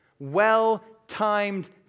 Well-timed